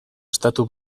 estatu